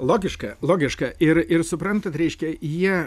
logiška logiška ir ir suprantat reiškia jie